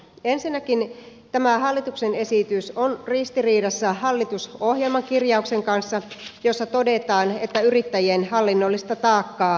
ensinnäkin tämä hallituksen esitys on ristiriidassa hallitusohjelmakirjauksen kanssa jossa todetaan että yrittäjien hallinnollista taakkaa kevennetään